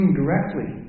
directly